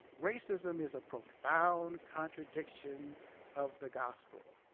racism is a profound contradiction of the gospel.